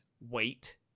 Wait